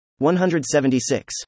176